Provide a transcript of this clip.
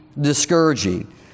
discouraging